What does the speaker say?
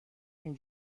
این